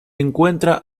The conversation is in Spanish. encuentra